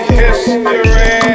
history